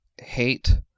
hate